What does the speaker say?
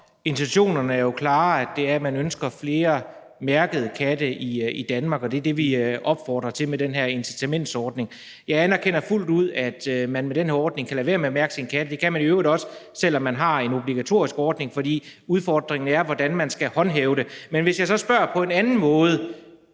Intentionen er jo klart den, at man ønsker flere mærkede katte i Danmark, og det er det, vi opfordrer til med den her incitamentsordning. Jeg anerkender fuldt ud, at man med den her ordning kan lade være med at mærke sine katte, det kan man i øvrigt også, selv om vi har en obligatorisk ordning, for udfordringen er, hvordan det skal håndhæves. Men jeg vil så spørge på en anden måde.